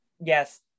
Yes